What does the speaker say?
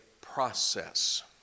process